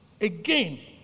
again